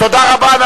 תודה רבה.